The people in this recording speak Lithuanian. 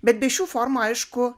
bet be šių formų aišku